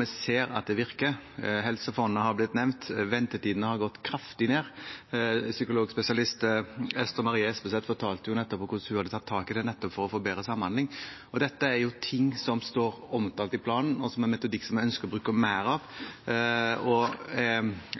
Vi ser at det virker. Helse Fonna har blitt nevnt – ventetidene har gått kraftig ned. Psykologspesialist Ester Marie Stornes Espeset fortalte hvordan hun hadde tatt tak i dette for å få bedre samhandling. Dette er noe som er omtalt i planen, og er en metodikk som vi ønsker å bruke mer.